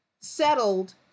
settled